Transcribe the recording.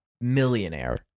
millionaire